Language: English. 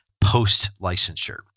post-licensure